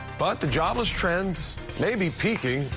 but the jobless trend may be peaking.